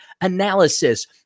analysis